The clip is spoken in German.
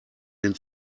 den